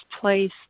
place